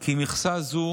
כי מכסה זו